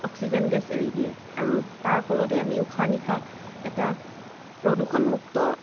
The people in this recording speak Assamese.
অক্সিজেন গেছ এৰি দিয়ে আৰু তাৰ ফলতেই আমি উশাহ নিশাহ এটা প্ৰদূষণ মুক্ত